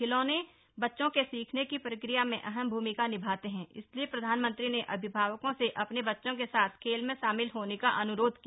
खिलौने बच्चों के सीखने की प्रक्रिया में अहम भूमिका निभाते हैं इसलिए प्रधानमंत्री ने अभिभावकों से अपने बच्चों के साथ खेल में शामिल होने का अन्रोध किया